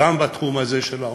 גם בתחום הזה, של העוני,